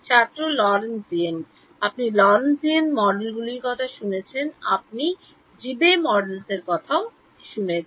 ছাত্র লরেন্টজিয়ান আপনি লরেণ্টজিয়ার মডেলগুলি শুনেছেন আপনি দেবে মডেলগুলির কথা শুনেছেন